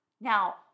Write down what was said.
Now